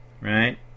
Right